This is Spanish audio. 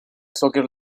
soccer